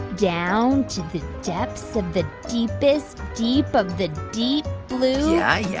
down to the depths of the deepest deep of the deep blue yeah. yeah,